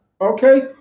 okay